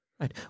right